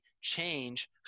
change